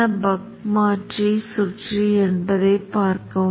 இப்போது பச்சை தான் தூண்டல் அலை வடிவம் தூண்டல் அலை வடிவம் என்பதை பார்க்கலாம்